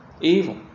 evil